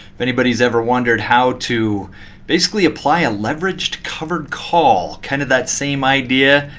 if anybody's ever wondered how to basically apply a and leveraged covered call, kind of that same idea.